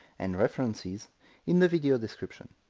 and references in the video description.